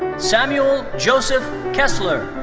samuel joseph kessler.